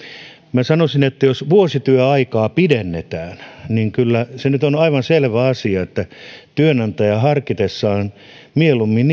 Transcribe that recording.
minä sanoisin että jos vuosityöaikaa pidennetään niin kyllä se nyt on aivan selvä asia että työnantaja harkitessaan mahdollisesti mieluummin